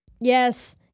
Yes